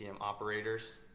operators